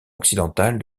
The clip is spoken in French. occidentale